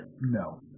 no